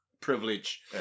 privilege